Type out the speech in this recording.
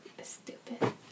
stupid